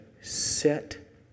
set